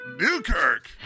Newkirk